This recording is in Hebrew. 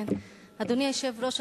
אדוני היושב-ראש,